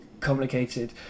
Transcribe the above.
complicated